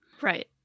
Right